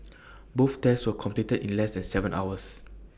both tests were completed in less than Seven hours